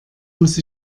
muss